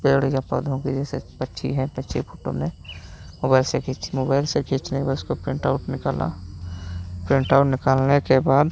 पेड़ या पौधों की जैसे पक्षी है पक्षी के फोटो लें वो वैसे खींच मोबाइल से खींचने के बाद उसको प्रिंटआउट निकाला प्रिंटआउट निकालने के बाद